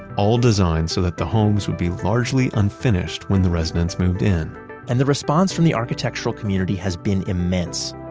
all designed so that the homes would be largely unfinished when the residents moved in and the response from the architectural community has been immense.